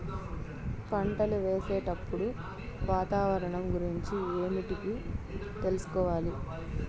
పంటలు వేసేటప్పుడు వాతావరణం గురించి ఏమిటికి తెలుసుకోవాలి?